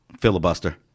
Filibuster